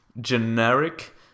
generic